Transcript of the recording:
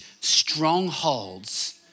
strongholds